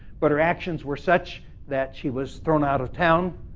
but her actions were such that she was thrown out of town